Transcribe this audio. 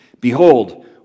behold